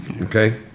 okay